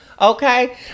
okay